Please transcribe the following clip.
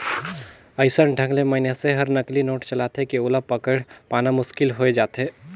अइसन ढंग ले मइनसे हर नकली नोट चलाथे कि ओला पकेड़ पाना मुसकिल होए जाथे